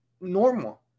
normal